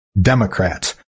Democrats